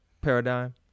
paradigm